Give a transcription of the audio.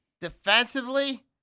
Defensively